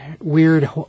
weird